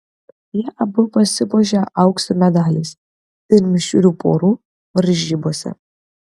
jie abu pasipuošė aukso medaliais ir mišrių porų varžybose